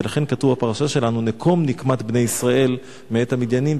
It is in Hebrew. ולכן כתוב בפרשה שלנו: "נקֹם נקמת בני ישראל מאת המדיָנים".